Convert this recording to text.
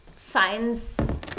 science